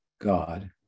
God